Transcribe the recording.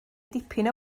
dipyn